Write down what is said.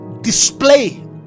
display